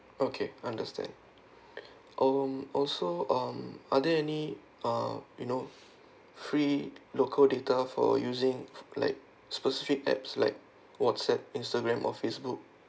okay understand um also um are there any uh you know free local data for using like specific apps like whatsapp instagram or facebook